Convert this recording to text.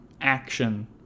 action